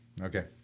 Okay